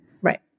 Right